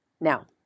now